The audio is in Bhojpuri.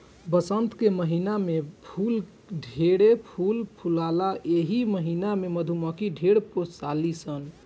वसंत के महिना में फूल ढेरे फूल फुलाला एही महिना में मधुमक्खी ढेर पोसली सन